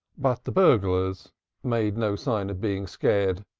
but the buglers made no sign of being scared,